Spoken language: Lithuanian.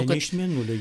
ne iš mėnulio